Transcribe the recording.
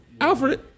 Alfred